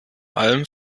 allem